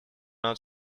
not